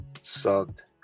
sucked